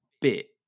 bit